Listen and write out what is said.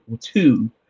two